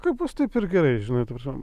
kaip bus taip ir gerai žinai ta prasme